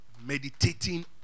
meditating